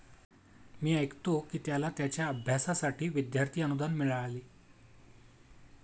मी ऐकतो की त्याला त्याच्या अभ्यासासाठी विद्यार्थी अनुदान मिळाले